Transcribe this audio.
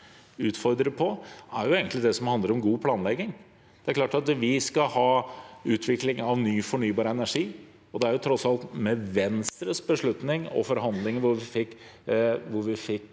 utfordrer på, handler egentlig om god planlegging. Det er klart at vi skal ha utvikling av ny fornybar energi. Det er tross alt Venstres beslutning og forhandlingene hvor vi fikk